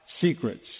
secrets